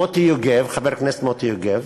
מוטי יוגב, חבר הכנסת מוטי יוגב,